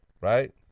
Right